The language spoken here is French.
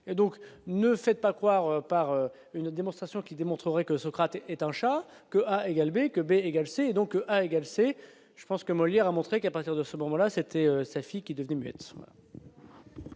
donc, ne faites pas croire par une démonstration qui démontreraient que Socrate est un chat que a égal B que B égal, c'est donc à égale, c'est je pense que Molière a montré qu'à partir de ce moment-là, c'était sa fille qui est devenu.